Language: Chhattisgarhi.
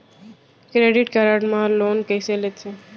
क्रेडिट कारड मा लोन कइसे लेथे?